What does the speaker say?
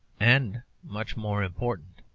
and much more important.